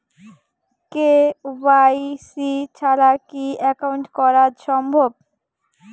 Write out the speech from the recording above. KYC ছাড়া কি account করা সম্ভব?